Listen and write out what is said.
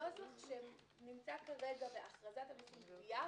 הנוסח שנמצא כרגע בהכרזת המסים (גבייה),